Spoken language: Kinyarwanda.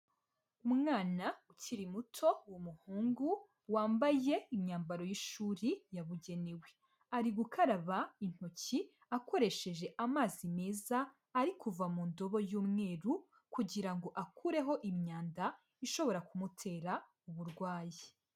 Umwana ukiri muto w'umuhungu, wambaye imyambaro y'ishuri yabugenewe, ari gukaraba intoki akoresheje amazi meza ari kuva mu ndobo y'umweru kugira ngo akureho imyanda ishobora kumutera uburwayi.